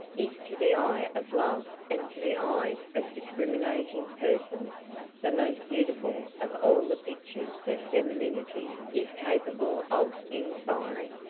is to the eye of love and to the eyes of discriminating persons the most beautiful of all the pictures that femininity is capable of inspiring.